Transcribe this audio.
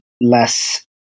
less